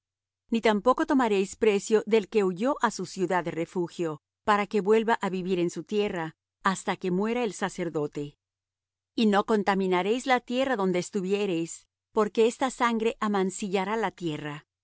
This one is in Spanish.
ni tampoco tomaréis precio del que huyó á su ciudad de refugio para que vuelva á vivir en su tierra hasta que muera el sacerdote y no contaminaréis